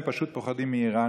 הם פשוט פוחדים מאיראן,